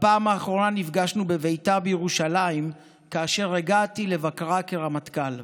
בפעם האחרונה נפגשנו בביתה בירושלים כאשר הגעתי לבקרה כרמטכ"ל.